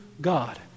God